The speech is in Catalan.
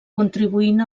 contribuint